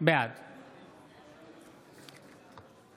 בעד בנימין גנץ, בעד